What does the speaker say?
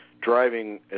driving